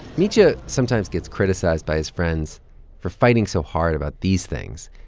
mitya sometimes gets criticized by his friends for fighting so hard about these things.